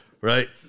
right